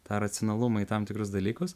tą racionalumą į tam tikrus dalykus